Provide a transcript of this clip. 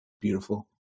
beautiful